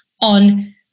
on